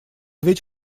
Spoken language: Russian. ведь